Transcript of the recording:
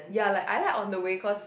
ya like I like on the way cause